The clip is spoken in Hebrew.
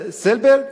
סולברג,